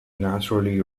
naturally